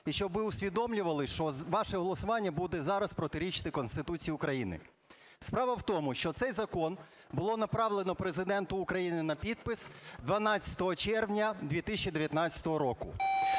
і щоб ви усвідомлювали, що ваше голосування буде зараз протирічити Конституції України. Справа в тому, що цей закон було направлено Президенту України на підпис 12 червня 2019 року.